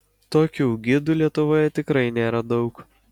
tokių gidų lietuvoje tikrai nėra daug